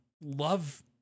love